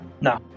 No